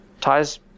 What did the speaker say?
ties